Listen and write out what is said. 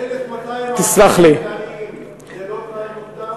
1,200 עצירים מינהליים זה לא תנאי מוקדם?